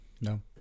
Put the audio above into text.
No